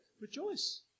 Rejoice